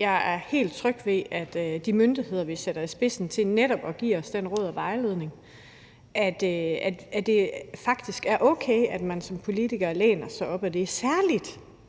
Jeg er helt tryg ved de myndigheder, vi sætter i spidsen til netop at give os den rådgivning og vejledning, altså at det faktisk er okay, at vi som politikere læner os op ad det – særlig